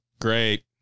Great